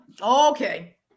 Okay